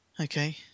okay